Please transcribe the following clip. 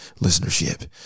listenership